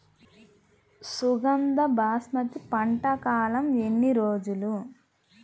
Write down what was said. సుగంధ బాస్మతి పంట కాలం ఎన్ని రోజులు?